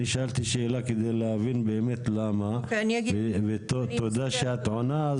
אני שאלתי שאלה כדי להבין באמת למה ותודה שאת עונה,